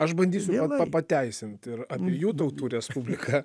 aš bandysiu pateisint ir abiejų tautų respubliką